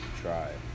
try